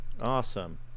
Awesome